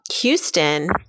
Houston